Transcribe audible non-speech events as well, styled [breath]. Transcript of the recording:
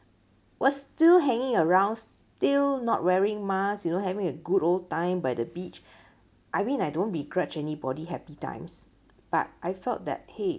was still hanging around still not wearing masks you know having a good old time by the beach [breath] I mean I don't begrudge anybody happy times but I felt that !hey!